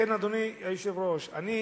לכן, אדוני היושב-ראש, אני